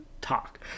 talk